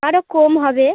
আরো কম হবে